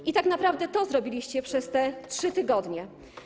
I tak naprawdę to zrobiliście przez te 3 tygodnie.